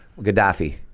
Gaddafi